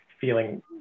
feeling